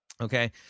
Okay